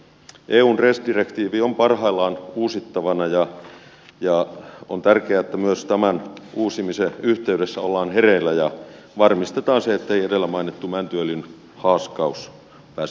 eun res direktiivi on parhaillaan uusittavana ja on tärkeää että myös tämän uusimisen yhteydessä ollaan hereillä ja varmistetaan se ettei edellä mainittu mäntyöljyn haaskaus pääse jatkumaan